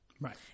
Right